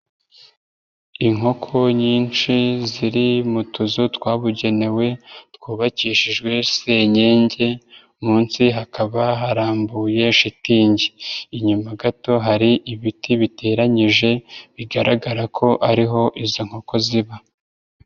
Inkoko nyinshi ziri mu tuzu twabugenewe twubakishijwe senyenge munsi hakaba harambuye shitingi, inyuma gato hari ibiti biteranyije bigaragara ko ari ho izo nkoko ziba.